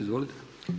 Izvolite.